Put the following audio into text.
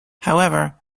however